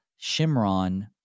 Shimron